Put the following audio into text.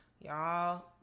y'all